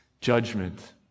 judgment